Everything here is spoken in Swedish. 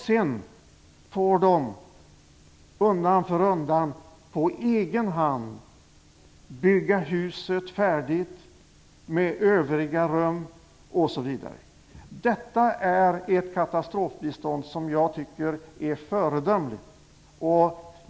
Sedan får de undan för undan på egen hand bygga huset färdigt med övriga rum. Detta är ett katastrofbistånd som jag tycker är föredömligt.